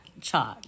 Chalk